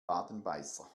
wadenbeißer